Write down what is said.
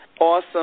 awesome